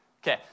Okay